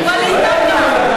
כואב לי, כואב, השרה מירי רגב,